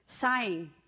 Sign